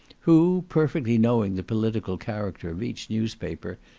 who, perfectly knowing the political character of each newspaper,